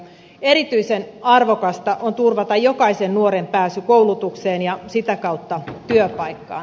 erityisen arvokasta on turvata jokaisen nuoren pääsy koulutukseen ja sitä kautta työpaikkaan